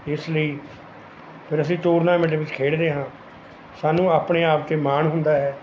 ਇਸ ਲਈ ਫਿਰ ਅਸੀਂ ਟੂਰਨਾਮੈਂਟਾਂ ਵਿੱਚ ਖੇਡਦੇ ਹਾਂ ਸਾਨੂੰ ਆਪਣੇ ਆਪ ਤੇ ਮਾਣ ਹੁੰਦਾ ਹੈ